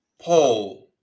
Paul